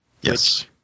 Yes